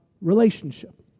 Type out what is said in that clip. relationship